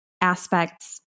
aspects